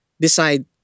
decide